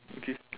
okay